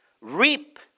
Reap